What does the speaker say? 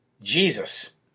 Jesus